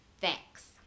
Thanks